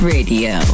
Radio